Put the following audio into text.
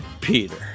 Peter